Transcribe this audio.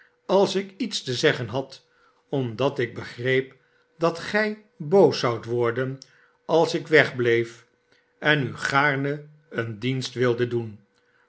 sals ik iets te zeggen hadt omdat ik begreep dat gij boos zoudt women als ik weg bleef en u gaarne een dienst wilde doen